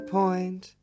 point